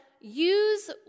Use